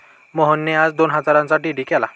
मोहनने आज दोन हजारांचा डी.डी केला